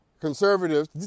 conservatives